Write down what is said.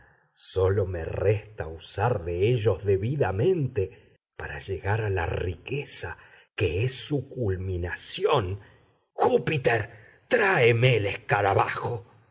sólo me resta usar de ellos debidamente para llegar a la riqueza que es su culminación júpiter tráeme el escarabajo